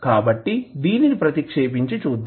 కాబట్టి దీనిని ప్రతిక్షేపించి చూద్దాం